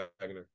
Wagner